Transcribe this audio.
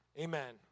Amen